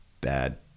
bad